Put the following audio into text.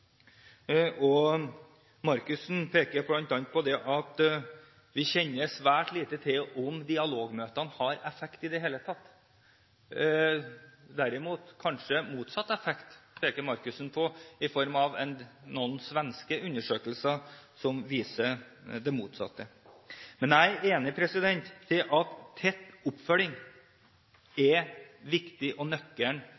Markussen peker bl.a. på at vi kjenner svært lite til om dialogmøtene har noen effekt i det hele tatt. Tvert imot peker Markussen på at noen svenske undersøkelser viser det motsatte. Jeg er enig i at tett oppfølging